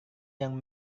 yang